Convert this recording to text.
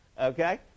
Okay